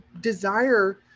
desire